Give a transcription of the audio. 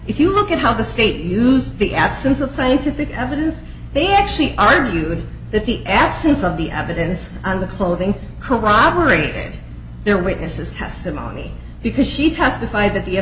if you look at how the state use the absence of scientific have they actually are you would that the absence of the evidence on the clothing corroborate their witness's testimony because she testified that the